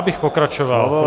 Já bych pokračoval.